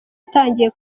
atangiye